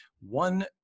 one